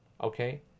Okay